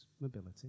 mobility